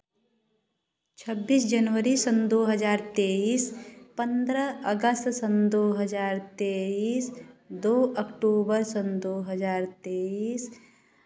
छब्बीस जनवरी सन दो हज़ार तेईस पंद्रह अगस्त सन दो हज़ार तेईस दो अक्टूबर सन दो हज़ार तेईस